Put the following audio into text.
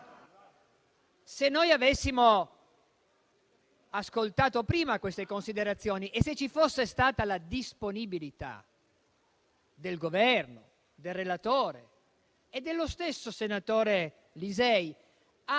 Se noi avessimo ascoltato prima queste considerazioni e se ci fosse stata la disponibilità del Governo, del relatore e dello stesso senatore Lisei a